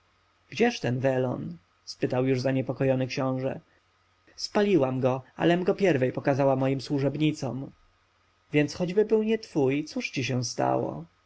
gdzież ten welon spytał już zaniepokojony książę spaliłam go alem go pierwej pokazała moim służebnicom więc choćby był nie twój cóż ci się stało